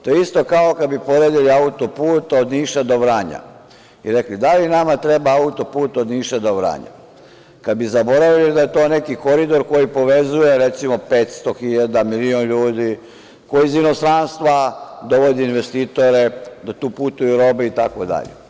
To je isto kao kada bi poredili auto-put od Niša do Vranja i rekli – da li nama treba auto-put od Niša do Vranja, kad bi zaboravili da je to neki Koridor koji povezuje, recimo, 500 hiljada, milion ljudi, koji iz inostranstva dovodi investitore, da tu putuju robe, itd.